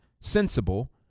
sensible